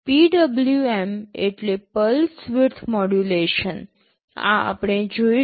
PWM એટલે pulse width modulation આ આપણે જોઇશું